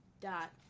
Dot